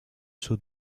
suo